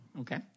Okay